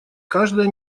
каждая